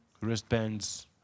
wristbands